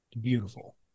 Beautiful